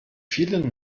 vielen